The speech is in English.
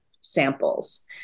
samples